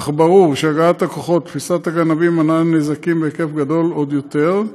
אך ברור שהגעת הכוחות ותפיסת הגנבים מנעה נזקים בהיקף גדול עוד יותר.